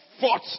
fought